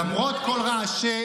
למרות כל רעשי